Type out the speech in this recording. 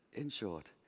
in short,